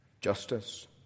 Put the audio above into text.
justice